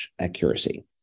accuracy